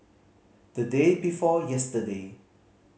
the day before yesterday